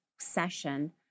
session